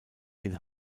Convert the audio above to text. den